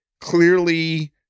clearly